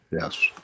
Yes